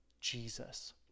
Jesus